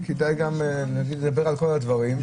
כדאי לדבר על כל הדברים,